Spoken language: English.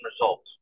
results